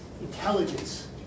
intelligence